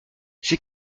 ses